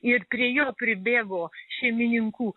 ir prie jo pribėgo šeimininkų